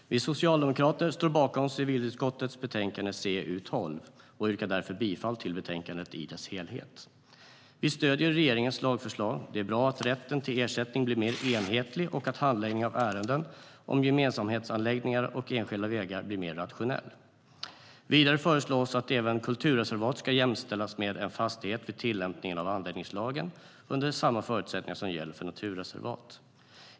Fru talman! Vi socialdemokrater står bakom civilutskottets betänkande CU12, och jag yrkar därför bifall till utskottets förslag. Vi stöder regeringens lagförslag. Det är bra att rätten till ersättning blir mer enhetlig och att handläggningen av ärenden om gemensamhetsanläggningar och enskilda vägar blir mer rationell. Vidare föreslås att ett kulturreservat ska jämställas med en fastighet vid tillämpningen av anläggningslagen, under samma förutsättningar som gäller för ett naturreservat.